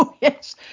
yes